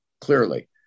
clearly